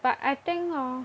but I think hor